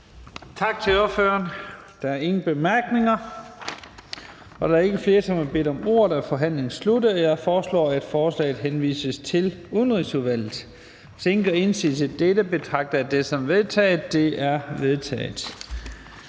Tak til ministeren. Der er ikke flere, der har bedt om ordet, så forhandlingen er sluttet. Jeg foreslår, at lovforslaget henvises til Skatteudvalget. Hvis ingen gør indsigelse, betragter jeg det som vedtaget. Det er vedtaget.